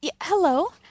hello